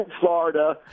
Florida